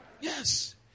Yes